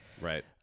Right